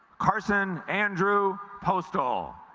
carson andrew postal